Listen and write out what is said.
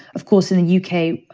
of course, in the u k,